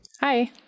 Hi